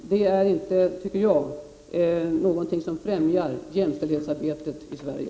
Jag tycker inte att det främjar jämställdhetsarbetet i Sverige.